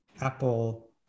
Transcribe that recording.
Apple